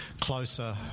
closer